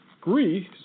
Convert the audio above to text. Greece